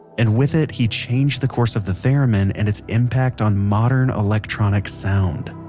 and with it he changed the course of the theremin and its impact on modern electronic sound